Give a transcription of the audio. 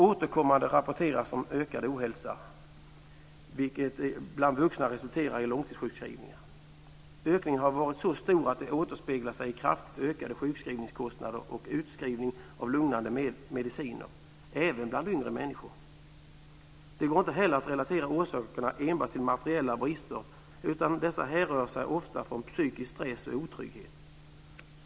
Återkommande rapporteras om ökad ohälsa, vilket bland vuxna resulterar i långtidssjukskrivningar. Ökningen har varit så stor att den återspeglar sig i kraftigt ökade sjukskrivningskostnader och utskrivning av lugnande mediciner, även bland yngre människor. Det går inte heller att relatera orsakerna enbart till materiella brister, utan dessa härrör ofta från psykisk stress och otrygghet.